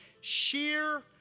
sheer